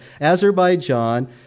Azerbaijan